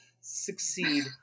succeed